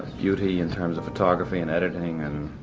beauty in terms of photography and editing and,